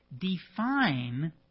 define